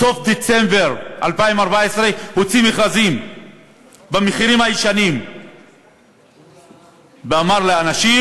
בסוף דצמבר 2014 הוציא מכרזים במחירים הישנים ואמר לאנשים: